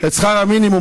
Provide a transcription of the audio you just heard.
את שכר המינימום,